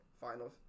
finals